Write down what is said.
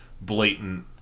blatant